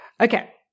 Okay